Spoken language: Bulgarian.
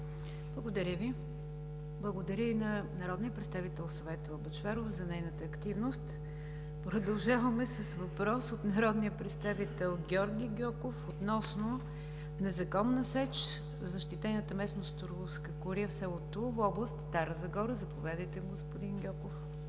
Благодаря Ви. Благодаря и на народния представител Светла Бъчварова за нейната активност. Продължаваме с въпрос от народния представител Георги Гьоков относно незаконна сеч в защитената местност „Туловска кория“ в село Тулово, област Стара Загора. Заповядайте, господин Гьоков.